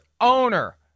owner